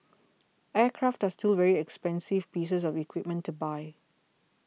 aircraft are still very expensive pieces of equipment to buy